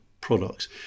products